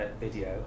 video